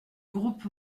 groupe